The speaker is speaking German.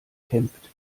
kämpft